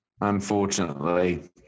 Unfortunately